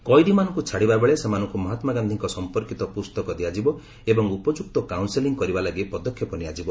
କଏଦୀମାନଙ୍କୁ ଛାଡ଼ିବା ବେଳେ ସେମାନଙ୍କୁ ମହାତ୍ରା ଗାନ୍ଧିଙ୍କ ସଂପର୍କୀତ ପ୍ରସ୍ତକ ଦିଆଯିବ ଏବଂ ଉପଯୁକ୍ତ କାଉନ୍ସେଲି କରିବା ଲାଗି ପଦକ୍ଷେପ ନିଆଯିବ